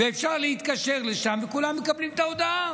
אפשר להתקשר לשם וכולם מקבלים את ההודעה.